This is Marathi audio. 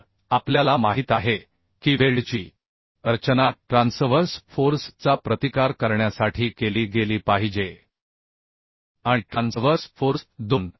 तर आपल्याला माहित आहे की वेल्डची रचना ट्रान्सव्हर्स फोर्स चा प्रतिकार करण्यासाठी केली गेली पाहिजे आणि ट्रान्सव्हर्स फोर्स 2